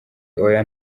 oya